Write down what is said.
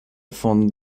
fond